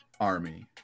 army